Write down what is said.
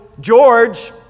George